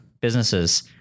businesses